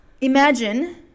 imagine